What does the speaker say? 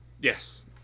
Yes